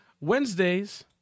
Wednesdays